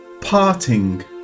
parting